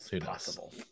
Possible